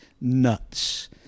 nuts